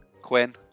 Quinn